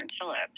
Phillips